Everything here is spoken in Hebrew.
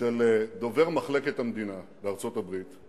של דובר מחלקת המדינה בארצות-הברית,